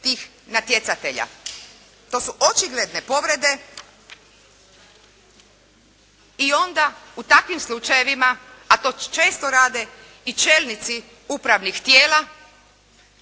tih natjecatelja. To su očigledne povrede i onda u takvim slučajevima, a to često rade i čelnici upravnih tijela,